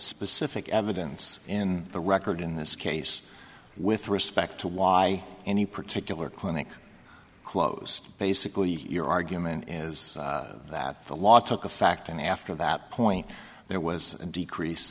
specific evidence in the record in this case with respect to why any particular clinic closed basically your argument is that the law took effect and after that point there was a decrease